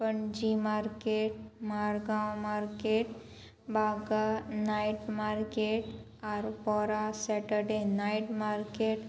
Panaji market Margao market Baga night market Arpora Saturday night market